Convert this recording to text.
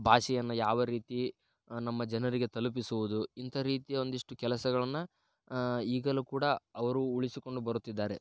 ಭಾಷೆಯನ್ನು ಯಾವ ರೀತಿ ನಮ್ಮ ಜನರಿಗೆ ತಲುಪಿಸುವುದು ಇಂತಹ ರೀತಿಯ ಒಂದಿಷ್ಟು ಕೆಲಸಗಳನ್ನು ಈಗಲೂ ಕೂಡ ಅವರು ಉಳಿಸಿಕೊಂಡು ಬರುತ್ತಿದ್ದಾರೆ